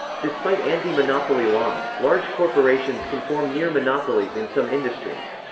despite anti-monopoly laws, large corporations can form near-monopolies in some industries.